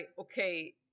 okay